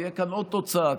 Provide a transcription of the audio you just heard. תהיה כאן עוד תוצאה,